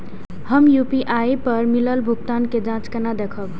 हम यू.पी.आई पर मिलल भुगतान के जाँच केना देखब?